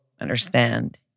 understand